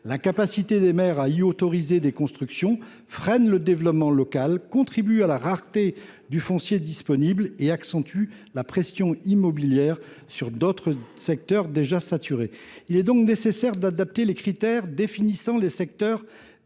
L’incapacité des maires d’y autoriser des constructions freine le développement local, contribue à la rareté du foncier disponible et accentue la pression immobilière sur d’autres secteurs déjà saturés. Il est donc nécessaire d’adapter les critères définissant les secteurs